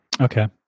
Okay